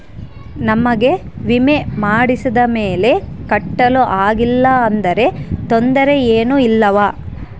ನಮಗೆ ವಿಮೆ ಮಾಡಿಸಿದ ಮೇಲೆ ಕಟ್ಟಲು ಆಗಿಲ್ಲ ಆದರೆ ತೊಂದರೆ ಏನು ಇಲ್ಲವಾ?